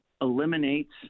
eliminates